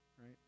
Right